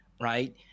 right